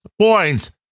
points